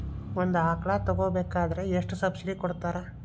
ಒಂದು ಆಕಳ ತಗೋಬೇಕಾದ್ರೆ ಎಷ್ಟು ಸಬ್ಸಿಡಿ ಕೊಡ್ತಾರ್?